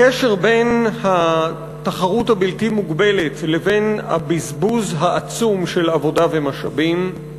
הקשר בין התחרות הבלתי מוגבלת לבין הבזבוז העצום על עבודה ומשאבים,